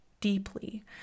deeply